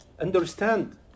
understand